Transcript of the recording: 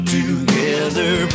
together